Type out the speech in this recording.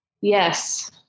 Yes